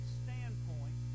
standpoint